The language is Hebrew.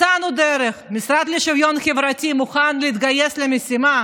מצאנו דרך: המשרד לשוויון חברתי מוכן להתגייס למשימה